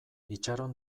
itxaron